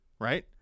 right